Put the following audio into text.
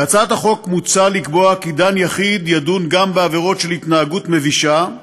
בהצעת החוק מוצע לקבוע כי דן יחיד ידון גם בעבירות של התנהגות מבישה,